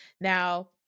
Now